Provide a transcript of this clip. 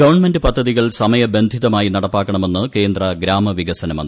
government പദ്ധതികൾ സമയ ബന്ധിതമായി നടപ്പാക്കണമെന്ന് കേന്ദ്ര ഗ്രാമ വികസന മന്ത്രി